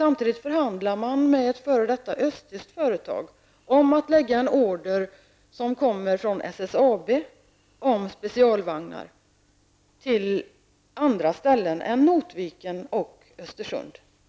Samtidigt förhandlar man med ett f.d. östtyskt företag om att lägga en order som kommer från SSAB om specialvagnar till andra ställen än Notviken och Östersund.